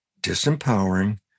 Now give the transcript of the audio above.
disempowering